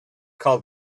called